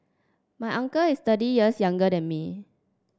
my uncle is thirty years younger than me